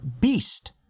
beast